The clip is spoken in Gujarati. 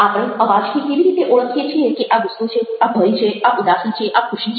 આપણે અવાજથી કેવી રીતે ઓળખીએ છીએ કે આ ગુસ્સો છે આ ભય છે આ ઉદાસી છે આ ખુશી છે